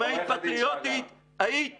אם היית פטריוטית היית